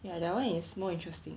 ya that one is more interesting